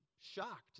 shocked